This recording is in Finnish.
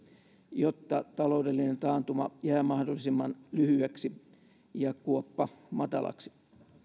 jotta taloudellinen taantuma jää mahdollisimman lyhyeksi ja kuoppa matalaksi